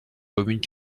communes